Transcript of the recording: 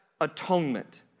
atonement